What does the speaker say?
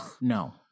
no